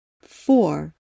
Four